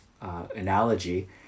analogy